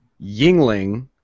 Yingling